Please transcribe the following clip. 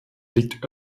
liegt